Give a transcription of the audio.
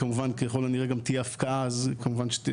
כמובן שככל הנראה תהיה הפקעה אז יהיה